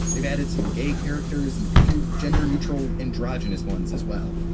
they've added some gay characters, and a few gender-neutral androgynous ones as well,